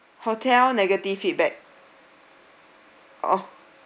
hotel negative feedback oh